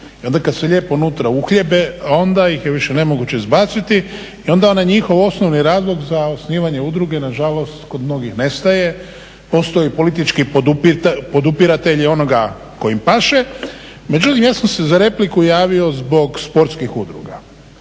I onda kada se lijepo unutra uhljebe onda ih je više nemoguće izbaciti. I onda onaj njihovi osnovni razlog za osnivanje udruge nažalost kod mnogih nestaje. Postoji politički podupiratelji onoga tko im paše. Međutim, ja sam se za repliku javio zbog sportskih udruga.